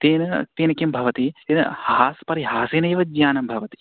तेन तेन किं भवति इद् हास्पर्य् हासेनैव ज्ञानं भवति